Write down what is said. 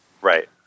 Right